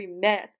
myth